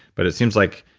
but it seems like,